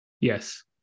Yes